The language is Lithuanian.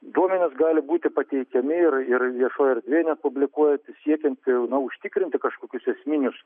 duomenys gali būti pateikiami ir ir viešoj erdvėj net publikuoti siekiant na užtikrinti kažkokius esminius